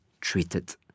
treated